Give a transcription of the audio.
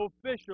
official